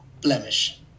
blemish